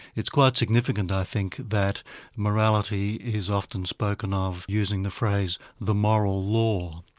it's quite significant, i think, that morality is often spoken of using the phrase the moral law,